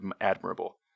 admirable